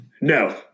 No